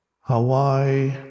Hawaii